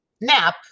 nap